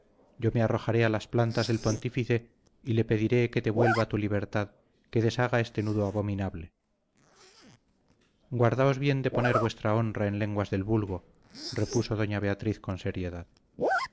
yo me arrojaré a las plantas del pontífice y le pediré que te vuelva tu libertad que deshaga este nudo abominable guardaos bien de poner vuestra honra en lenguas del vulgo repuso doña beatriz con seriedad